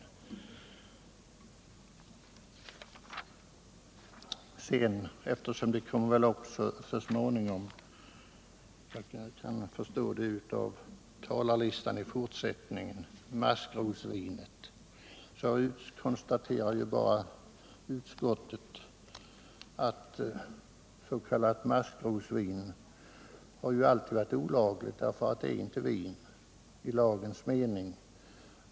Eftersom väl maskrosvinet kommer upp i debatten senare — av vad jag kan förstå av talarlistan — vill jag säga att utskottet konstaterar att s.k. maskrosvin alltid har varit olagligt därför att det inte är vin i lagens mening.